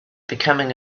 becoming